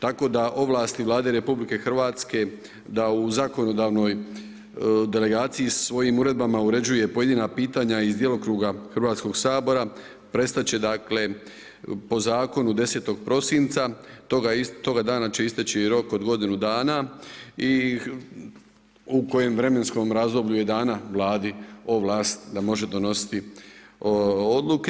Tako da ovlasti Vlade RH da u zakonodavnoj delegaciji svojim uredbama uređuje pojedina pitanja iz djelokruga Hrvatskoga sabora prestati će dakle po zakonu 10. prosinca, toga dana će isteći rok od godinu dana i u kojem vremenskom razdoblju je dana Vladi ovlast da može donositi odluke.